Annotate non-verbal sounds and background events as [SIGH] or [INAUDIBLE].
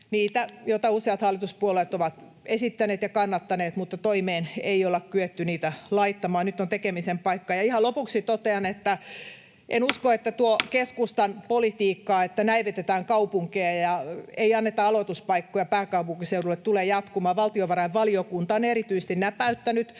niitä, joita useat hallituspuolueet ovat esittäneet ja kannattaneet, mutta toimeen ei ole kyetty niitä laittamaan. Nyt on tekemisen paikka. Ihan lopuksi totean, että en usko, [NOISE] että tuo keskustan politiikka, että näivetetään kaupunkeja ja ei anneta aloituspaikkoja pääkaupunkiseudulle, tulee jatkumaan. Valtiovarainvaliokunta on erityisesti näpäyttänyt